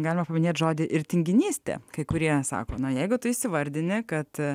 galima paminėti žodį ir tinginystė kai kurie sako na jeigu tu įvardini kad